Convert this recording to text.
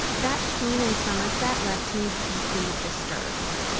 that scene in somerset left me deeply disturbed.